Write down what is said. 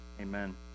Amen